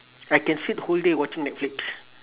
I can sit whole day watching netflix